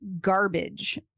garbage